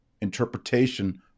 interpretation